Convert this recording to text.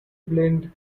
blinked